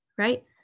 right